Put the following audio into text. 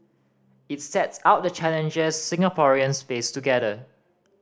it sets out the challenges Singaporeans face together